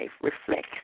reflect